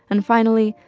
and finally,